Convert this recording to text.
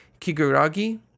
Kiguragi